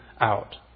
out